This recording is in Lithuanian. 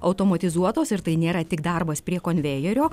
automatizuotos ir tai nėra tik darbas prie konvejerio